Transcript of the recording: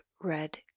red